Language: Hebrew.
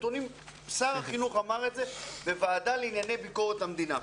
שר החינוך אמר את זה בוועדה לענייני ביקורת המדינה.